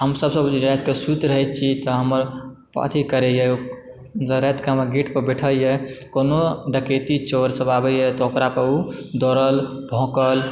हमसभ सब गोटे रातिके सुति रहैत छी तऽ हमर अथी करयए रातिके हमर गेटपर बैठेए कोनो डकैती चोरसभ आबेए तऽ ओकरा पर ओ दौड़ल भौंकल